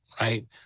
right